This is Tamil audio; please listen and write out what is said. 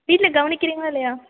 வீட்டில் கவனிக்கிறீங்களா இல்லையா